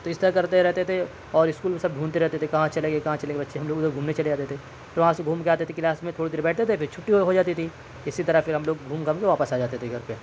تو اس طرح کرتے رہتے تھے اور اسکول میں سب ڈھونڈتے رہتے تھے کہاں چلے گیے کہاں چلے گیے بچے ہم لوگ ادھر گھومنے چلے جاتے تھے پھر وہاں سے گھوم کے آتے تھے کلاس میں تھوڑی دیر بیٹھتے تھے پھر چھٹی ہوجاتی تھی اسی طرح پھر ہم لوگ گھوم گھام کے واپس آجاتے تھے گھر پہ